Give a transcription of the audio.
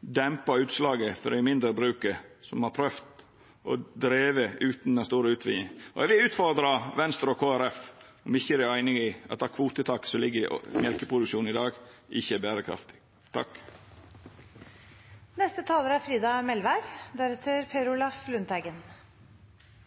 dempa utslaget for dei mindre bruka, som har prøvd å driva utan dei store utvidingane. Eg vil utfordra Venstre og Kristeleg Folkeparti på om dei ikkje er einige i at det kvotetaket som ligg i mjølkeproduksjonen i dag, ikkje er berekraftig.